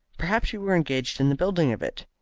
perhaps you were engaged in the building of it?